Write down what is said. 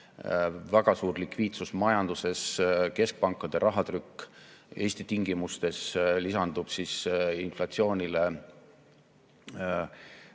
väga suur likviidsus majanduses, keskpankade rahatrükk. Eesti tingimustes lisanduvad inflatsioonile